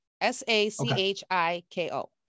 S-A-C-H-I-K-O